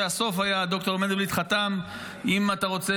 שהסוף היה שד"ר מנדלבליט חתם על: אם אתה רוצה